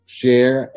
share